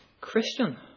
Christian